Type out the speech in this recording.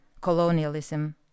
colonialism